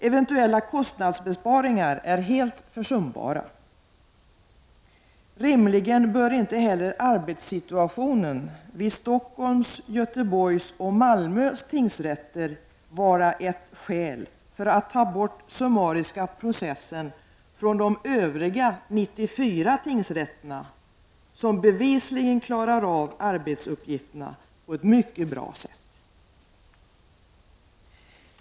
Eventuella kostnadsbesparingar är helt försumbara. Rimligen bör inte heller arbetssituationen vid Stockholms, Göteborgs och Malmö tingsrätter vara ett skäl för att ta bort den summariska processen från de övriga 94 tingsrätterna, som bevisligen klarar av arbetsuppgifterna på ett mycket bra sätt.